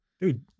Dude